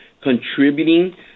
contributing